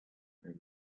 room